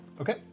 Okay